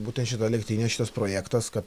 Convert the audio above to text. būten šita elektrinė šitas projektas kad